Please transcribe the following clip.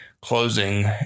closing